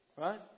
right